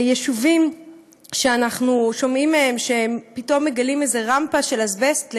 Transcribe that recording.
יש יישובים שאנחנו שומעים מהם שהם פתאום מגלים איזו רמפה עם אזבסט,